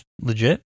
legit